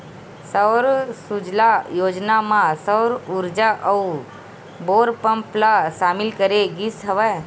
सौर सूजला योजना म सौर उरजा अउ बोर पंप ल सामिल करे गिस हवय